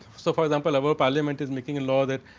so, for example, our parliament is necking a law that.